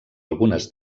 algunes